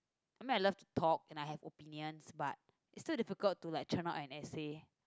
I mean I love to talk and I have opinions but it's so difficult to like churn out an essay